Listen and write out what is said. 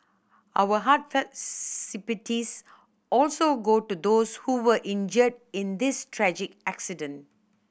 our heartfelt sympathies also go to those who were injured in this tragic accident